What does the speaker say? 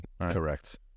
Correct